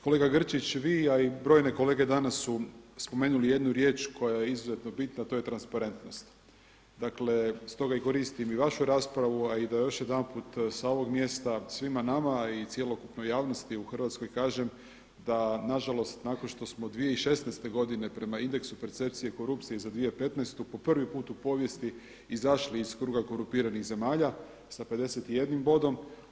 Kolega Grčič vi a i brojne kolege danas su spomenuli jednu riječ koja je izuzetno bitna, a to je transparentnost dakle stoga koristim i vašu raspravu, a i da još jedanput sa ovog mjesta svima nama, a i cjelokupnoj javnosti u Hrvatskoj kažem da nažalost nakon što smo 2016. godine prema indeksu percepcije korupcije za 2015. po prvi put u povijesti izašli iz kruga korumpiranih zemalja sa 51 bodom.